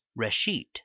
Reshit